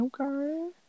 okay